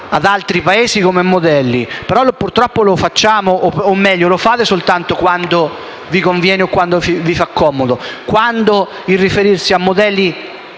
ad altri Paesi come modelli, ma purtroppo lo facciamo, o meglio lo fate soltanto quando vi conviene o vi fa comodo. Quando il riferirsi a modelli